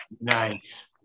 Nice